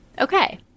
Okay